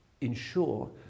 ensure